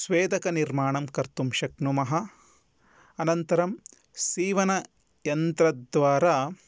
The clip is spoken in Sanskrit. स्वेदकनिर्माणं कर्तुं शक्नुमः अनन्तरं सीवनयन्त्रद्वारा